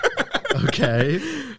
Okay